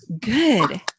good